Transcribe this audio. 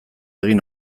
egin